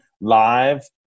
live